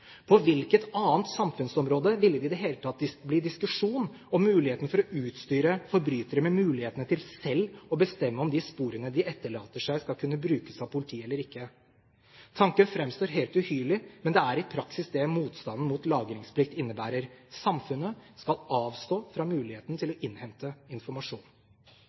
På hvilket annet samfunnsområde ville det i det hele tatt bli diskusjon om muligheten for å utstyre forbrytere med mulighetene til selv å bestemme om de sporene de etterlater seg, skal kunne brukes av politiet eller ikke? Tanken framstår helt uhyrlig, men det er i praksis det motstanden mot lagringsplikt innebærer: Samfunnet skal avstå fra muligheten til å innhente informasjon.